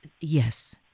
Yes